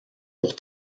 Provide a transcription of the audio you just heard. pour